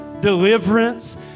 deliverance